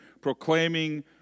proclaiming